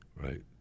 Right